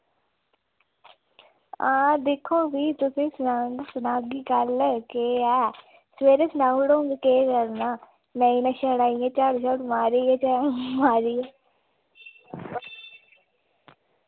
हां दिक्खो फ्ही तुसें सना सनागी कल केह् ऐ सवेरे सनाऊड़ङ केह् करना नेईं मैं छड़ा इय्यां झाड़ू झाड़ू मारिये ते मारियै